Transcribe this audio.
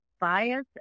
bias